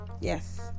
yes